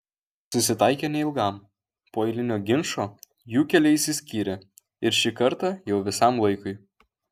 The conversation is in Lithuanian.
susitaikė neilgam po eilinio ginčo jų keliai išsiskyrė ir šį kartą jau visam laikui